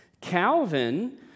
Calvin